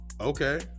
Okay